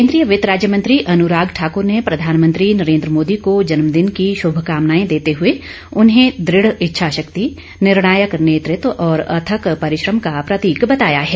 केंद्रीय वित्त राज्य मंत्री अनुराग ठाकर ने प्रधानमंत्री नरेंद्र मोदी को जन्मदिन की शभकामनाएं देते हए उन्हें दढ इच्छा शक्ति निर्णायक नेतत्व और अथक परिश्रम का प्रतीक बताया है